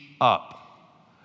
up